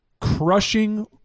crushing